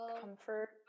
Comfort